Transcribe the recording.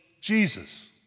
Jesus